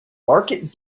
market